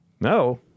No